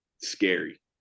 scary